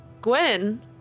Gwen